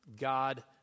God